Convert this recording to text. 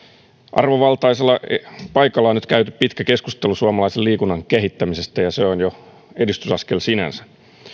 arvovaltaisella paikalla on nyt käyty pitkä keskustelu suomalaisen liikunnan kehittämisestä ja se on jo edistysaskel sinänsä